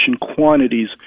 quantities